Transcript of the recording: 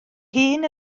hun